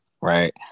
right